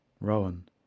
Rowan